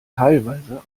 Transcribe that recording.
teilweise